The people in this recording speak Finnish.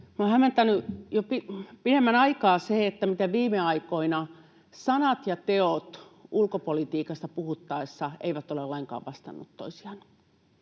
on hämmentänyt jo pidemmän aikaa se, miten viime aikoina sanat ja teot ulkopolitiikasta puhuttaessa eivät ole lainkaan vastanneet toisiaan.